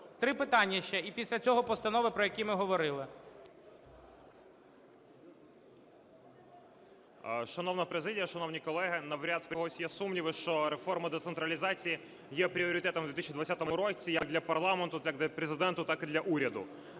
Три питання ще, і після цього постанови, про які ми говорили. 12:24:13 БЕЗГІН В.Ю. Шановна президія, шановні колеги, навряд в когось є сумніви, що реформа децентралізації є пріоритетом в 2020 році як для парламенту, як для Президента, так і для уряду.